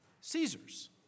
Caesar's